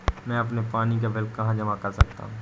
मैं अपने पानी का बिल कहाँ जमा कर सकता हूँ?